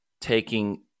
taking